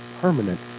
permanent